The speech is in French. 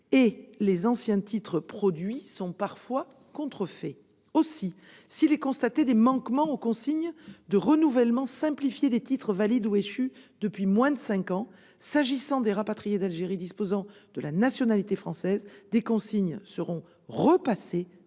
et les anciens titres produits sont parfois contrefaits. N'importe quoi ! Aussi, s'il est constaté des manquements aux consignes de renouvellement simplifié des titres valides ou échus depuis moins de cinq ans, s'agissant des rapatriés d'Algérie disposant de la nationalité française, des instructions